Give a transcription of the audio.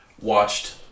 watched